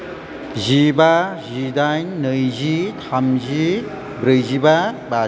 जिबा जिदाइन नैजि थामजि ब्रैजिबा बा